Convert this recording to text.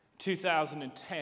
2010